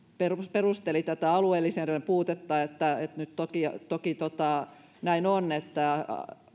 perusteli tätä alueellisten erojen puutetta sillä ja nyt toki näin on että